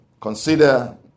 consider